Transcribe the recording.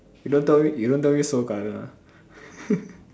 you don't tell me you don't tell me Seoul Garden ah